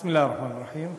בסם אללה א-רחמאן א-רחים.